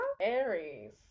Aries